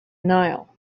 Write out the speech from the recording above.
nile